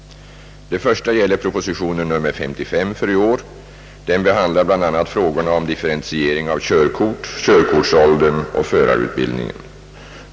Det första gäller proposition 1967: 55. Den behandlar bl.a. frågorna om differentiering av körkort, körkortsåldern och förarutbildningen.